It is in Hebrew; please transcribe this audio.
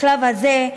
בשלב הזה,